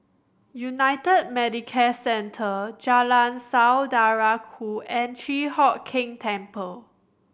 United Medicare Centre Jalan Saudara Ku and Chi Hock Keng Temple